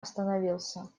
остановился